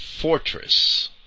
fortress